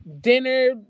dinner